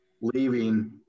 leaving